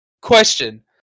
Question